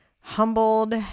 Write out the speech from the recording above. humbled